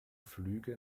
flüge